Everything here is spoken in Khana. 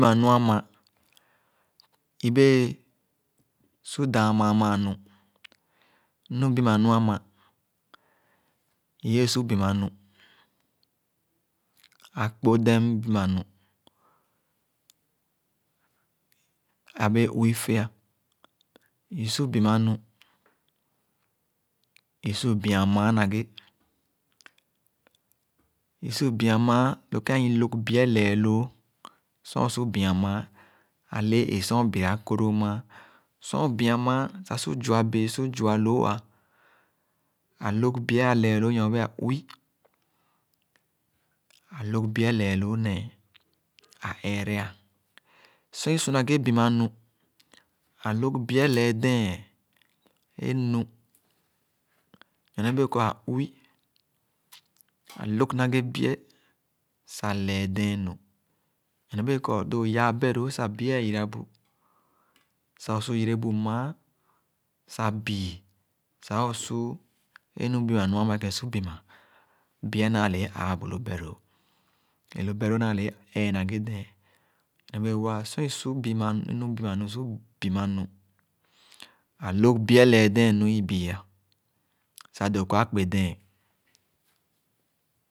Kpããn nu-ãma, ibẽẽ su dããn maa maa nu. Nu bima nu ama, iyee su bima nu. Akpodem bima nu, abee uwi-fé ã, i su bima nu, isu bii-an mããn na ghe. Isu bii-an mããn lo kɔr a-llõg bi-eh leeloo. Sor õ-su bii-an mããn, a lee ẽẽ sor õ-biira ako-loo mããn. Sor õ-bii-an mããn sah su ju-a bee, su ju-a bee, su ju-a loo ã, a lõg bi-eh ã leelo nyor bẽẽ kɔr a uwi. Ã lõg bi-eh leeloo nẽẽ, a eeera-a Sor isu na ghe biima nu, ã lõg bi-eh lee dẽẽn nu nyorne bee kɔr ã uwi. Ã lõg na ghe bi-eh sah lee dẽẽn nu nyorne bee kɔr loo yaa beh-loo sah bi-eh ẽ yirabu, sah ò-su yere. Bu mããn, sah bii sah o-su é nu biima nu sah é su biima, bieh naale é ãã bu lo beh-loo, é lo beh-loo naale ẽ ẽẽ na ghe dẽẽn. Nyorne bee-wõ, sor i-su nu biima nu su biima nu, a lóg bi-eh lee dẽẽn nu i-bii sah doo kɔr akpedẽẽn.